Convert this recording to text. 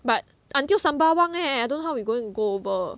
but until sembawang eh I don't how we going to go over